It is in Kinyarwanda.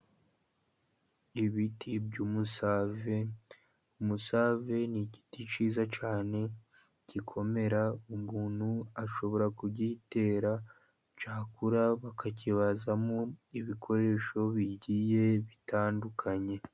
Ibiti by'umusave, Umusave ni igiti cyiza cyane gikomera ,umuntu ashobora kugitera, cyakura bakakibazamo ibikoresho bigiye bitandukanye.